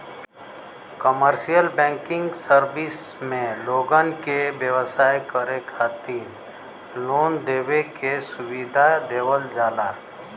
commercial banking service में लोगन के व्यवसाय करे खातिर लोन देवे के सुविधा देवल जाला